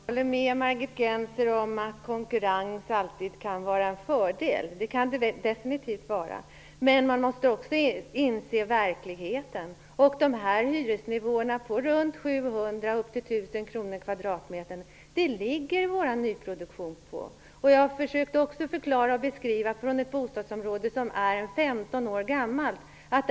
Fru talman! Jag håller med Margit Gennser om att konkurrens alltid kan vara en fördel. Det kan det definitivt vara. Men man måste också inse verkligheten. I vår nyproduktion ligger hyrorna på nivån runt 700 kr och upp till 1 000 kr kvadratmetern. Jag försökte också förklara och beskriva hur det är i ett bostadsområde som är 15 år gammalt.